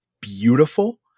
beautiful